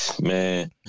man